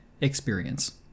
experience